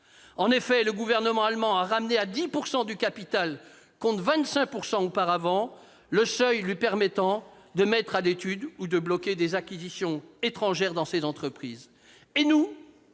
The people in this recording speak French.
entreprises stratégiques, en ramenant à 10 % du capital, contre 25 % auparavant, le seuil lui permettant de mettre à l'étude ou de bloquer des acquisitions étrangères dans des entreprises